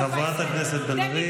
חברת הכנסת בן ארי.